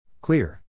Clear